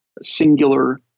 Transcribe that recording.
singular